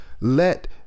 let